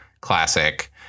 classic